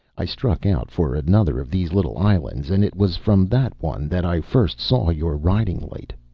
i struck out for another of these little islands, and it was from that one that i first saw your riding light.